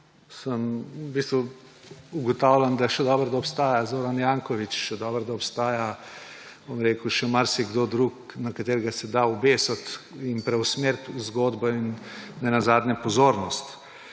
da v bistvu ugotavljam, da še dobro, da obstaja Zoran Janković, da obstaja še marsikdo drug, na katerega se da obesiti in preusmeriti zgodbo in nenazadnje pozornost.